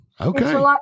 Okay